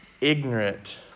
ignorant